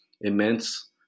immense